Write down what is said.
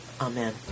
Amen